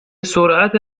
سرعت